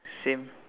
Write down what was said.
same